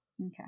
Okay